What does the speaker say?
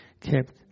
kept